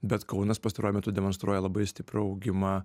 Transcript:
bet kaunas pastaruoju metu demonstruoja labai stiprų augimą